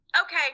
Okay